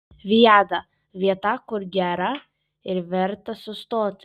viada vieta kur gera ir verta sustoti